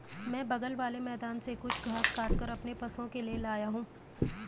मैं बगल वाले मैदान से कुछ घास काटकर अपने पशुओं के लिए लाया हूं